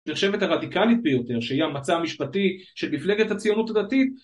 נחשבת הרדיקלית ביותר, שהיא המצע המשפטי של מפלגת הציונות הדתית